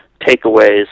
takeaways